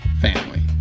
family